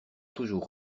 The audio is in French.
toujours